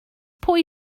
pwy